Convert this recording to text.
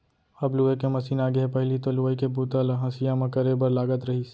अब लूए के मसीन आगे हे पहिली तो लुवई के बूता ल हँसिया म करे बर लागत रहिस